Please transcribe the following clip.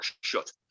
shut